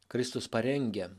kristus parengia